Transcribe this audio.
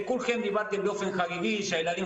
כולכם דיברתם באופן חגיגי שהילדים